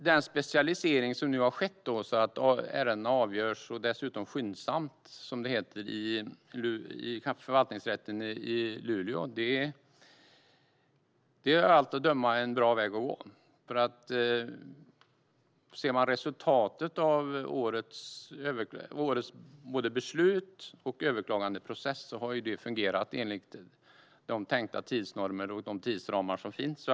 Den specialisering som nu har skett innebär att ärendena avgörs - och dessutom skyndsamt, som det heter - i Förvaltningsrätten i Luleå och är av allt att döma en bra väg att gå. Om man ser till resultatet av årets besluts och överklagandeprocess märker man att det hela har fungerat enligt de tänkta tidsnormer och tidsramar som finns.